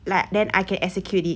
like then I can execute it